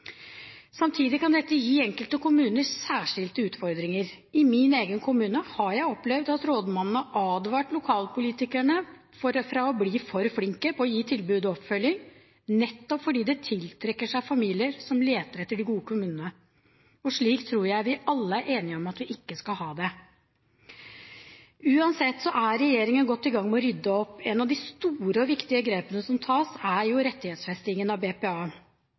Samtidig kan dette gi enkelte kommuner særskilte utfordringer. I min egen kommune har jeg opplevd at rådmannen har advart lokalpolitikere mot å bli for flinke på å gi tilbud og oppfølging, nettopp fordi det tiltrekker seg familier som leter etter de gode kommunene. Slik tror jeg vi alle er enig om at vi ikke skal ha det. Uansett er regjeringen godt i gang med å rydde opp. Et av de store og viktige grepene som tas, er rettighetsfesting av BPA.